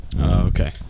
okay